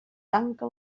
tanca